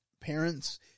parents